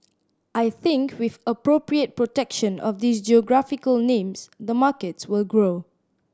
I think with appropriate protection of these geographical names the markets will grow